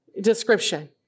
description